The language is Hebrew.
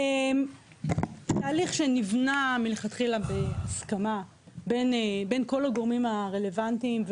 תהליך שנבנה מלכתחילה בהסכמה בין כל הגורמים הרלוונטיים,